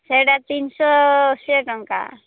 ସେଇଟା ତିନି ଶହ ଅଶୀ ଟଙ୍କା